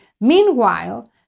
Meanwhile